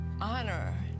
honor